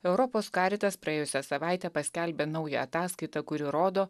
europos karitas praėjusią savaitę paskelbė naują ataskaitą kuri rodo